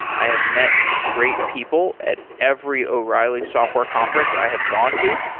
i have met great people at every o'reilly software conference i have gone to,